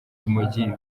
urumogi